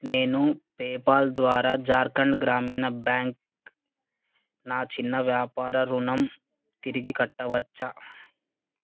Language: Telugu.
నేను పేపాల్ ద్వారా ఝార్ఖండ్ గ్రామీణ బ్యాంక్ నా చిన్న వ్యాపార రుణం తిరిగి కట్టవచ్చా